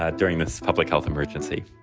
ah during this public health emergency